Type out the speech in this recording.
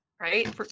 Right